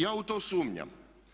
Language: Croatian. Ja u to sumnjam.